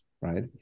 right